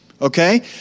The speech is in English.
okay